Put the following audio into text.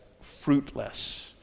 fruitless